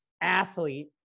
athlete